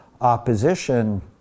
opposition